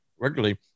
regularly